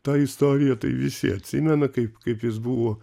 tą istoriją tai visi atsimena kaip kaip jis buvo